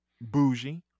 bougie